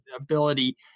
ability